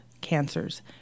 cancers